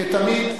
כתמיד,